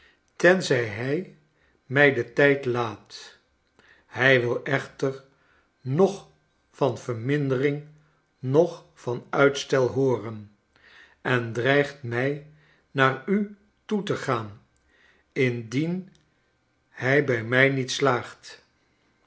tenzij hij mij den tijd laat hij wil echter noch van vermindering noch van uitstel hooren en dreigt mij naar u toe te gaan indien hij bij mij niet slaagt